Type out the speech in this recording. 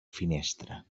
finestra